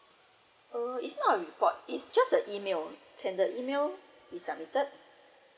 oh it's not report is just the email can the email be submitted